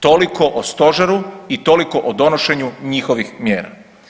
Toliko o stožeru i toliko o donošenju njihovih mjera.